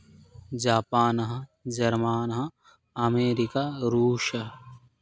जापानः जर्मानः अमेरिका रूषा